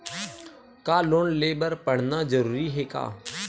का लोन ले बर पढ़ना जरूरी हे का?